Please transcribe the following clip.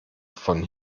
von